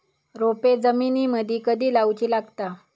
रोपे जमिनीमदि कधी लाऊची लागता?